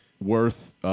worth